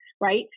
right